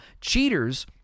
Cheaters